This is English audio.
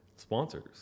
sponsors